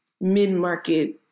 mid-market